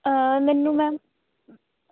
ਮੈਨੂੰ ਮੈਮ